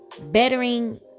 Bettering